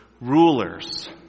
rulers